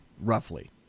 roughly